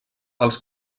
els